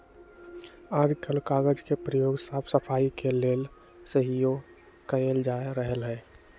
याजकाल कागज के प्रयोग साफ सफाई के लेल सेहो कएल जा रहल हइ